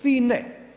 Vi ne.